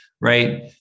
Right